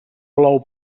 plou